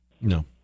No